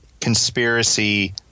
conspiracy